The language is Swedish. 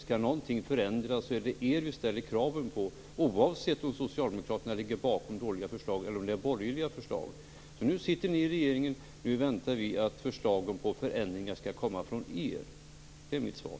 Skall någonting förändras är det er vi ställer kraven på, oavsett om socialdemokraterna ligger bakom dåliga förslag eller om det är borgerliga förslag. Nu sitter ni i regeringen, nu väntar vi att förslagen på förändringar skall komma från er. Det är mitt svar.